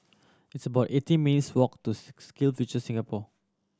it's about eighteen minutes' walk to SkillsFuture Singapore